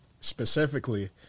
specifically